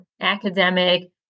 academic